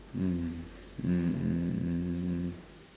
mm mm mm mm mm mm